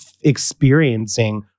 experiencing